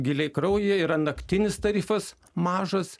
giliai kraujyje yra naktinis tarifas mažas